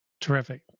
Terrific